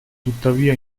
tuttavia